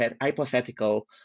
hypothetical